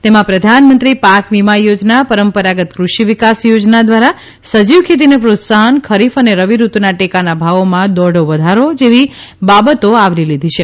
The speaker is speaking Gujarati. તેમાં પ્રધાનમંત્રી પાકવીમા યોજના પરંપરાગત કૃષિ વિકાસ યોજના દ્વારા સજીવ ખેતીને પ્રોત્સાહન ખરીફ અને રવી ઋતુના ટેકાનો ભાવમાં દોઢો વધારો જેવી બાબતો આવરી લીધી છે